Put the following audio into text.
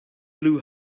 blew